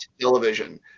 television